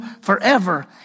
forever